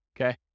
Okay